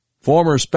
former